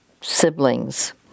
siblings